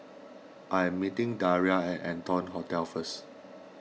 I am meeting Daria at Arton Hotel first